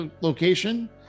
location